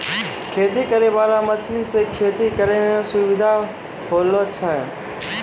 खेती करै वाला मशीन से खेती करै मे सुबिधा होलो छै